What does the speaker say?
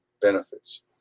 benefits